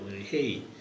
Hey